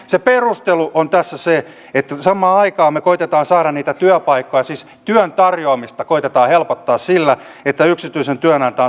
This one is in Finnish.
se perustelu on tässä se että samaan aikaan me koetamme saada niitä työpaikkoja siis helpottaa työn tarjoamista sillä että yksityisen työnantajan sosiaaliturvamaksua alennetaan